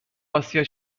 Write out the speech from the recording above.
اسیا